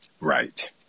right